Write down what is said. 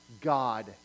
God